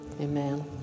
Amen